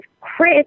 Chris